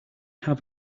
have